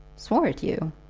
swore at you!